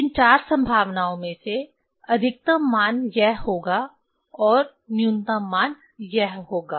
इन चार संभावनाओं में से अधिकतम मान यह होगा और न्यूनतम मान यह होगा